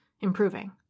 improving